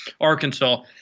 Arkansas